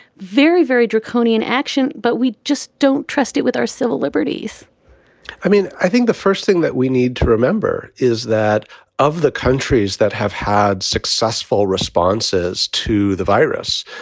very, very draconian action? but we just don't trust it with our civil liberties i mean, i think the first thing that we need to remember is that of the countries that have had successful responses to the virus.